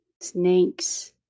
snakes